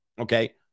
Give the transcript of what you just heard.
Okay